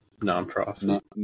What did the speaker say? Non-profit